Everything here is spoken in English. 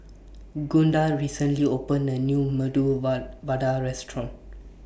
Gunda recently opened A New Medu Va Vada Restaurant